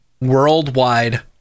worldwide